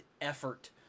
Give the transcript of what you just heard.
effort